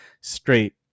straight